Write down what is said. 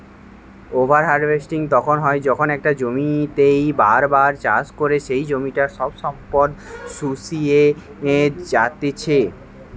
over harvesting তখন হয় যখন একটা জমিতেই বার বার চাষ করে সেই জমিটার সব সম্পদ শুষিয়ে জাত্ছে